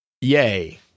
Yay